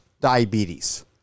diabetes